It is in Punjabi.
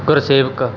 ਗੁਰਸੇਵਕ